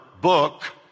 book